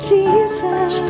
Jesus